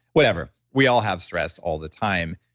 whatever. we all have stress all the time,